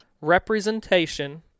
representation